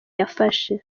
yafashe